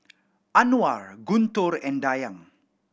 Anuar Guntur and Dayang